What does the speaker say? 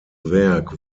werk